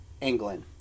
England